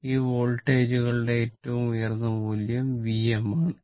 ഈ വോൾട്ടേജുകളുടെ ഏറ്റവും ഉയർന്ന മൂല്യം Vm ആണ്